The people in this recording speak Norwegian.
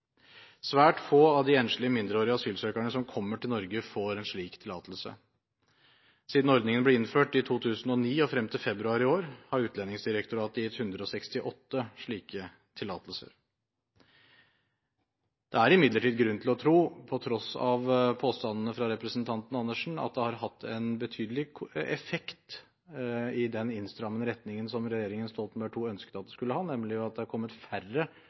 Svært få av de enslige mindreårige asylsøkerne som kommer til Norge, får en slik tillatelse. Siden ordningen ble innført i 2009 og frem til februar i år, har Utlendingsdirektoratet gitt 168 slike tillatelser. Det er imidlertid grunn til å tro – på tross av påstandene fra representanten Andersen – at det har hatt en betydelig effekt i den innstrammende retningen som regjeringen Stoltenberg II ønsket at det skulle ha, nemlig at det har kommet færre